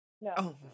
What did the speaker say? No